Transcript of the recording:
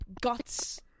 guts